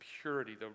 purity